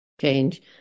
change